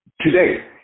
today